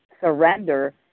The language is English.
surrender